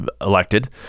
elected